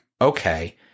okay